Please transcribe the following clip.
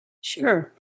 Sure